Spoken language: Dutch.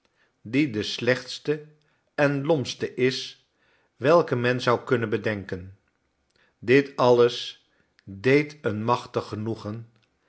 die de slechtste en lompste is welke men zou kunnen bedenken dit alles deed een machtig genoegen